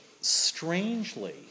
strangely